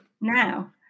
now